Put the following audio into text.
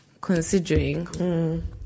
considering